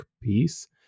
piece